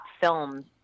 films